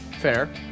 Fair